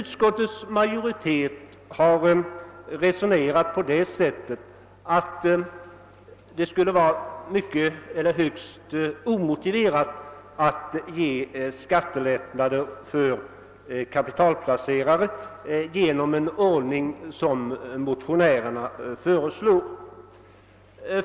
Utskottsmajoriteten har ansett att det skulle vara högst omotiverat att medge skattelättnader för kapitalplacerare genom att införa en sådan ordning som den motionärerna föreslog.